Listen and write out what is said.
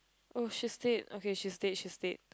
oh she is dead okay she is dead she is dead